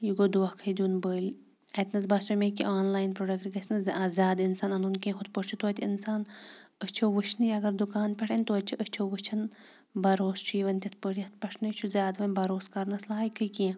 یہِ گوٚو دھوکھَے دیُن بٔلۍ اَتہِ نَس باسیو مےٚ کہِ آنلاین پرٛوڈَکٹ گژھِ نہٕ زِ زیادٕ اِنسان اَنُن کینٛہہ ہُتھ پٲٹھۍ چھِ تویتہِ اِنسان أچھو وٕچھنٕے اگر دُکان پٮ۪ٹھ اَنہِ تویتہِ چھِ أچھو وٕچھان بروسہٕ چھِ یِوان تِتھ پٲٹھۍ یِتھ پٮ۪ٹھ نے چھُ زیادٕ وۄنۍ بروس کَرنَس لایقٕے کینٛہہ